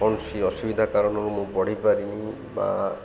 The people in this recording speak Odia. କୌଣସି ଅସୁବିଧା କାରଣରୁ ମୁଁ ପଢ଼ି ପାରିନି ବା